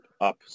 up